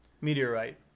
Meteorite